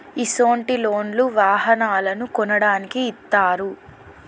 ఇసొంటి లోన్లు వాహనాలను కొనడానికి ఇత్తారు